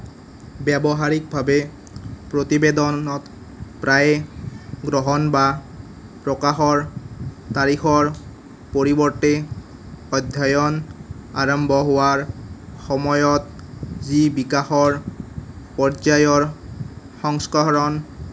ব্যৱহাৰিকভাৱে প্ৰতিবেদনত প্ৰায় গ্ৰহণ বা প্ৰকাশৰ তাৰিখৰ পৰিৱৰ্তে অধ্যয়ন আৰম্ভ হোৱাৰ সময়ত যি বিকাশৰ পৰ্য্যায়ৰ সংস্কৰণ